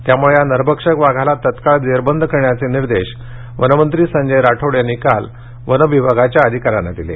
त्यामूळे या नरभक्षक वाघाला तत्काळ जेरबंद करण्याचे निर्देश वनमंत्री संजय राठोड यांनी काल वनविभागाच्या अधिकाऱ्यांना दिले